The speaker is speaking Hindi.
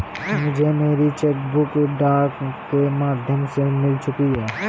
मुझे मेरी चेक बुक डाक के माध्यम से मिल चुकी है